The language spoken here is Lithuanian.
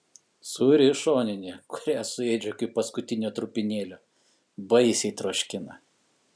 sūri šoninė kurią suėdžiau iki paskutinio trupinėlio baisiai troškina